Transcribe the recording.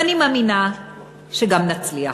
ואני מאמינה שגם נצליח.